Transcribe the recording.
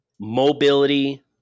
mobility